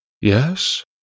Yes